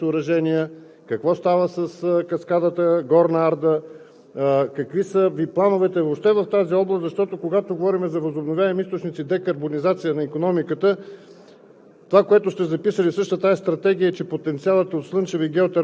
за проучване на възможностите за изграждане на нови хидроенергийни съоръжения? Какво става с каскадата „Горна Арда“? Какви са Ви плановете въобще в тази област, защото, когато говорим за възобновяеми източници, декарбонизация на икономиката,